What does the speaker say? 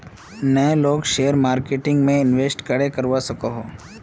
नय लोग share marketing में इंवेस्ट करे करवा सकोहो?